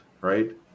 right